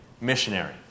missionary